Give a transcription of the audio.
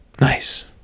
Nice